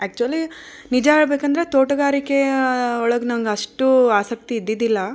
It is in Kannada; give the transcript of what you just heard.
ಆ್ಯಕ್ಚುವಲಿ ನಿಜ ಹೇಳಬೇಕಂದ್ರೆ ತೋಟಗಾರಿಕೆಯ ಒಳಗೆ ನನ್ಗೆ ಅಷ್ಟು ಆಸಕ್ತಿ ಇದ್ದಿದ್ದಿಲ್ಲ